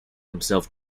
himself